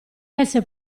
esse